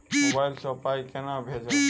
Mobile सँ पाई केना भेजब?